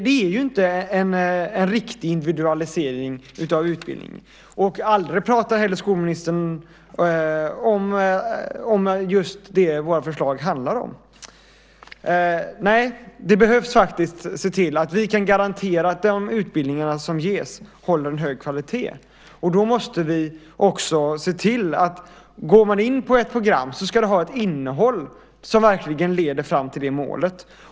Det är inte en riktig individualisering av utbildningen. Aldrig pratar skolministern heller om det våra förslag handlar om. Nej, det behöver ses till att vi kan garantera att de utbildningar som ges håller en hög kvalitet. Då måste vi också se till att ett program har ett innehåll som verkligen leder fram till målet.